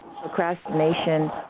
procrastination